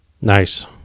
Nice